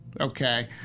okay